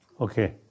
Okay